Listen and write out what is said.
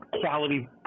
quality